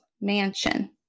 mansion